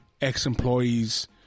Ex-Employees